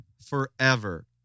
forever